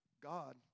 God